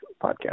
podcast